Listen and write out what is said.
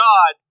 God